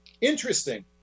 Interesting